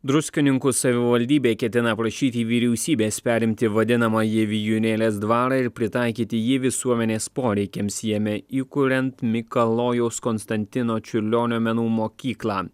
druskininkų savivaldybė ketina prašyti vyriausybės perimti vadinamąjį vijūnėlės dvarą ir pritaikyti jį visuomenės poreikiams jame įkuriant mikalojaus konstantino čiurlionio menų mokyklą